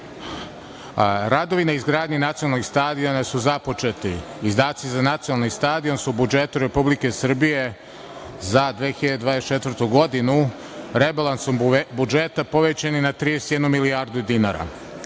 Radovi na izgradnji nacionalnog stadiona su započeti, izdaci za nacionalni stadion su u budžetu Republike Srbije za 2024. godinu rebalansom budžeta povećani na 31 milijardu dinara.